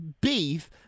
beef